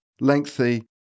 lengthy